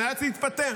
נאלץ להתפטר.